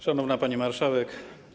Szanowna Pani Marszałek!